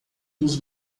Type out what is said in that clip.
dos